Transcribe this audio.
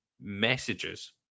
messages